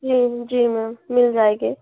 जी जी मैम मिल जाएंगे